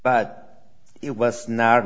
but it was not